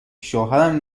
شوهرم